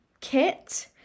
kit